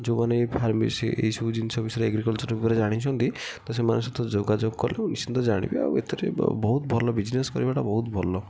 ଯେଉଁମାନେ ବି ଫାର୍ମାସୀ ଏହି ସବୁ ଜିନିଷ ବିଷୟରେ ଏଗ୍ରିକଲଚର୍ ଉପରେ ଜାଣିଛନ୍ତି ତ ସେମାନଙ୍କ ସହିତ ଯୋଗାଯୋଗ କଲେ ନିଶ୍ଚିନ୍ତ ଜାଣିବେ ଆଉ ଏଥିରେ ବି ବହୁତ ଭଲ ବିଜନେସ୍ କରିବାଟା ବହୁତ ଭଲ